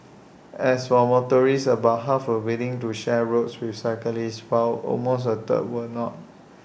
as for motorists about half were willing to share roads with cyclists while almost A third were not